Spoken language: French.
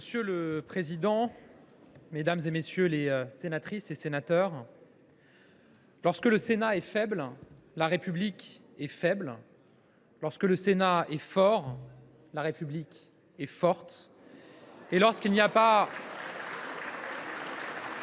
Monsieur le président, mesdames, messieurs les sénatrices et les sénateurs, « lorsque le Sénat est faible, la République est faible ; lorsque le Sénat est fort, la République est forte, … Arrêtez vous